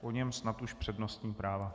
Po něm snad už přednostní práva.